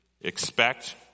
Expect